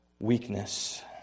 weakness